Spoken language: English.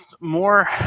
more